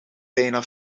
bijna